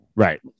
Right